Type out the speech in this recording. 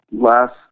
last